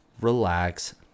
relax